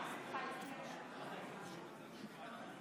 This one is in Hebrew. חברי הכנסת, בעד,